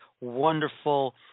wonderful